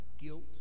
guilt